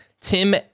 Tim